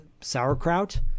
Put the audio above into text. sauerkraut